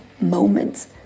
moments